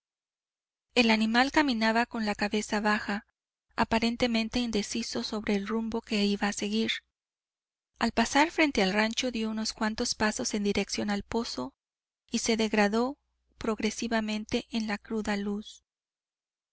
el animal caminaba con la cabeza baja aparentemente indeciso sobre el rumbo que iba a seguir al pasar frente al rancho dió unos cuantos pasos en dirección al pozo y se degradó progresivamente en la cruda luz